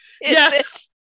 yes